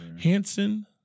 Hanson